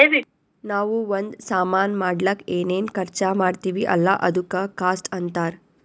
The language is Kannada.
ನಾವೂ ಒಂದ್ ಸಾಮಾನ್ ಮಾಡ್ಲಕ್ ಏನೇನ್ ಖರ್ಚಾ ಮಾಡ್ತಿವಿ ಅಲ್ಲ ಅದುಕ್ಕ ಕಾಸ್ಟ್ ಅಂತಾರ್